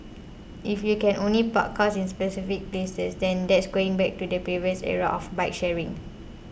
if you can only park in specific places then that's going back to the previous era of bike sharing